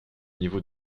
niveaux